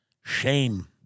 shame